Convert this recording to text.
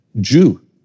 Jew